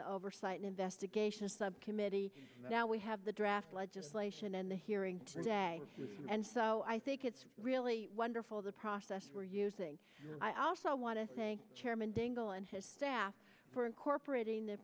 the oversight and investigations subcommittee now we have the draft legislation and the hearing today and so i think it's really wonderful the process we're using i also want to thank chairman dingell and his staff for incorporating the